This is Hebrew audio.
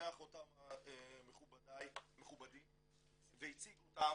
ניתח אותם מכובדי והציג אותם,